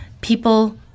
People